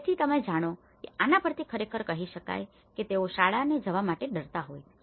તેથી તમે જાણો છો કે આના પરથી ખરેખર કહી શકાય કે તેઓ શાળાએ જવા માટે ડરતા હોય છે